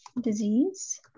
disease